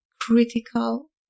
critical